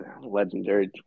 Legendary